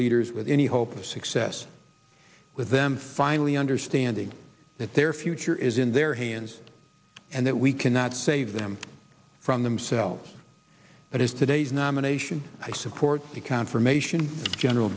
leaders with any hope of success with them finally understanding that their future is in their hands and that we cannot save them from themselves but as today's nomination i support the confirmation general